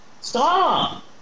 Stop